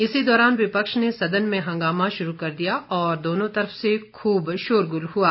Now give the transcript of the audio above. इसी दौरान विपक्ष ने सदन में हंगामा शुरू कर दिया और दोनों तरफ से खूब शोरगुल हुआ